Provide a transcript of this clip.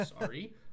sorry